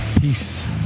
Peace